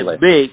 big